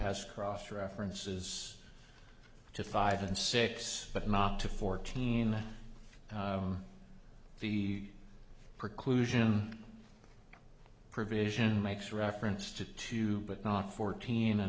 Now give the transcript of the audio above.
has crossed references to five and six but not to fourteen the preclusion provision makes reference to two but not fourteen